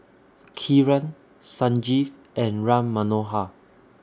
Kiran Sanjeev and Ram Manohar